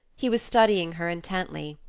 he was studying her intently.